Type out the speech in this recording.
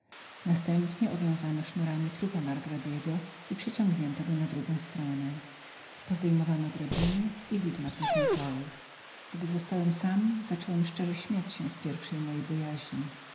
następnie owiązano sznurami trupa margrabiego i przeciągnięto go na drugą stronę pozdejmowano drabiny i widma poznikały gdy zostałem sam zacząłem szczerze śmiać się z pierwszej mojej bojaźni